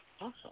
Awesome